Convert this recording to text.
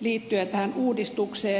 liittyen tähän uudistukseen